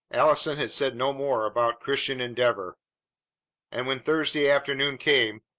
allison had said no more about christian endeavor and, when thursday afternoon came,